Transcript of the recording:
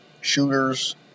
shooters